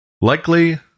Likely